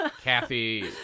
Kathy